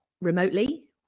remotely